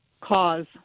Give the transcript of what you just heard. cause